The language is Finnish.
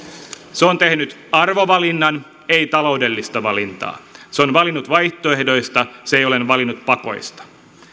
se on tehnyt arvovalinnan ei taloudellista valintaa se on valinnut vaihtoehdoista se ei ole valinnut pakoista